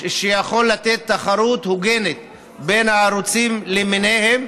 ויכול לתת תחרות הוגנת בין הערוצים למיניהם.